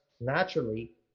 naturally